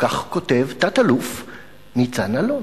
כך כותב תא"ל ניצן אלון.